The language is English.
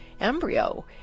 embryo